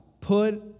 Put